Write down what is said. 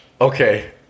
Okay